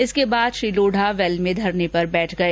इसके बाद श्री लोढ़ा वैल में धरने पर बैठ गए